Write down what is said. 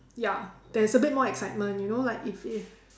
ya there is a bit more excitement you know like if if